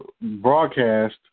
broadcast